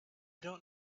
don’t